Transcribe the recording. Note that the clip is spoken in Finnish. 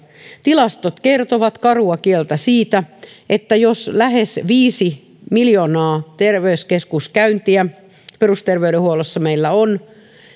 tilastot kertovat karua kieltä siitä että jos lähes viisi miljoonaa terveyskeskuskäyntiä perusterveydenhuollossa meillä on niin